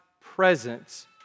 presence